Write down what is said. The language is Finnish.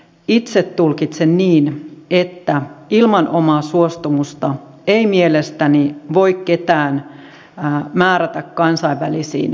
itse tulkitsen niin että ilman omaa suostumusta ei mielestäni voi ketään määrätä kansainvälisiin sotilaallisiin tehtäviin